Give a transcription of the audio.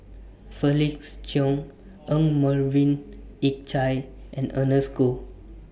Felix Cheong Yong Melvin Yik Chye and Ernest Goh